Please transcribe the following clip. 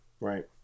right